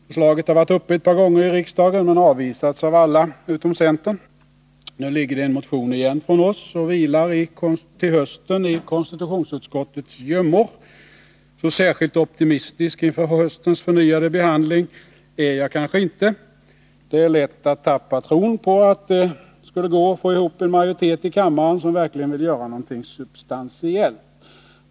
Förslaget har varit uppe i riksdagen ett par gånger men avvisats av alla utom av centern. Nu ligger det en motion där igen från oss och vilar till hösten i konstitutionsutskottets gömmor. Så särskilt optimistisk inför höstens förnyade behandling är jag kanske inte. Det är lätt att tappa tron på att det skulle gå att få ihop en majoritet i kammaren som verkligen vill göra någonting substantiellt.